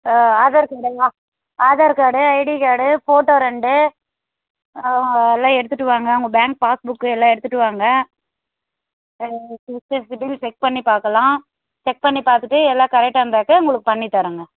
Aadhaar card எல்லாம் Aadhaar card ID card photo ரெண்டு அதெல்லாம் எடுத்துட்டு வாங்க உங்க பேங்க் பாஸ் புக்கு எல்லாம் எடுத்துட்டு வாங்க சிபில் செக் பண்ணி பார்க்கலாம் செக் பண்ணி பார்த்துட்டு எல்லாம் கரெக்டா இருந்தாக்கா உங்களுக்கு பண்ணி தறேங்க